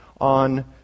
on